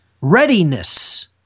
readiness